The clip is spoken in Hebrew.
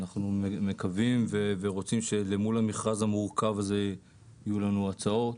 אנחנו מקווים ורוצים שלמול המכרז המורכב הזה יהיו לנו הצעות.